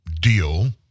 deal